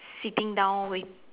sitting down wait~